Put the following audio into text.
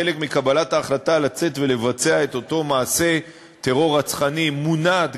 חלק מקבלת ההחלטה לצאת ולבצע את אותו מעשה טרור רצחני מונע גם